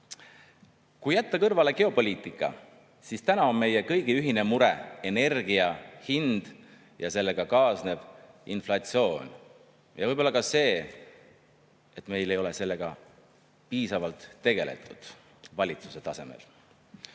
Kui jätta kõrvale geopoliitika, siis täna on meie kõigi ühine mure energia hind ja sellega kaasnev inflatsioon. Ja võib-olla ka see, et meil ei ole sellega piisavalt tegeletud valitsuse tasemel.